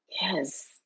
Yes